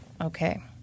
Okay